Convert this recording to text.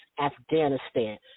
Afghanistan